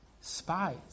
Spies